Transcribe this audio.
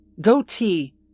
goatee